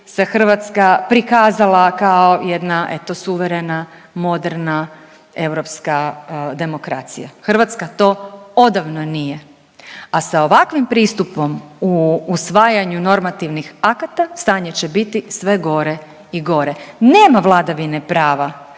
Hrvatska prikazala kao jedna eto suverena moderna europska demokracija. Hrvatska to odavno nije. A sa ovakvim pristupom u usvajanju normativnih akata stanje će biti sve gore i gore. Nema vladavine prava